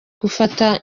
gufata